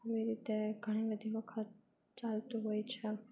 એવી રીતે તે ઘણી બધી વખત ચાલતું હોય છે